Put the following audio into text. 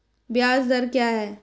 ब्याज दर क्या है?